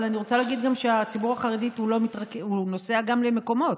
אבל אני רוצה להגיד שהציבור החרדי נוסע גם למקומות,